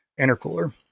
intercooler